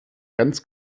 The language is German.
ganz